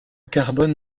carbone